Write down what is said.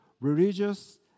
religious